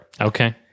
okay